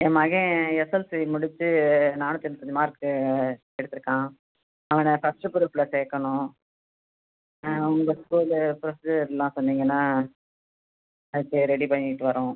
என் மகன் எஸ்எல்சி முடிச்சு நாநூற்றி எண்பத்தஞ்சு மார்க்கு எடுத்துருக்கான் அவனை ஃபர்ஸ்ட்டு குரூப்பில சேர்க்கணும் உங்கள் ஸ்கூலு ப்ரொசீஜர்லாம் சொன்னீங்கன்னா ஓகே ரெடி பண்ணிவிட்டு வரோம்